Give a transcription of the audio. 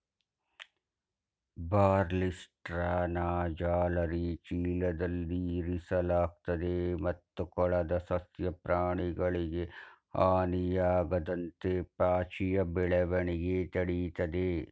ಬಾರ್ಲಿಸ್ಟ್ರಾನ ಜಾಲರಿ ಚೀಲದಲ್ಲಿ ಇರಿಸಲಾಗ್ತದೆ ಮತ್ತು ಕೊಳದ ಸಸ್ಯ ಪ್ರಾಣಿಗಳಿಗೆ ಹಾನಿಯಾಗದಂತೆ ಪಾಚಿಯ ಬೆಳವಣಿಗೆ ತಡಿತದೆ